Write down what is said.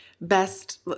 best –